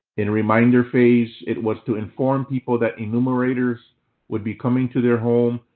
in reminder phase, it was to inform people that enumerators would be coming to their home.